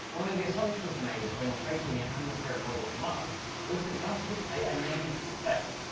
one of the assumptions made when creating the atmospheric model for mars was that dust would play a negligible effect.